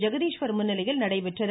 ஜெகதீஸ்வர் முன்னிலையில் நடைபெற்றது